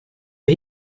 har